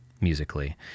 musically